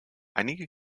einige